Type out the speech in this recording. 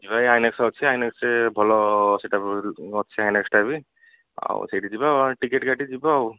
ଯିବା ଏଇ ଆଇନକ୍ସ ଅଛି ଆଇନକ୍ସରେ ଭଲ ଅଛି ଆଇନକ୍ସଟା ବି ଆଉ ସେଇଠି ଯିବା ଆଉ ଟିକେଟ୍ କାଟି ଯିବା ଆଉ